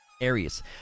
Aries